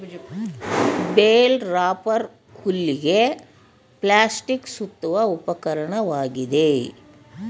bale wrapper ಹುಲ್ಲಿಗೆ plastic ಸುತ್ತುವ ಉಪಕರಣವಾಗಿದೆ